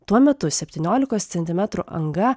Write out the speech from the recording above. tuo metu septyniolikos centimetrų anga